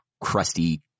crusty